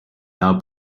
now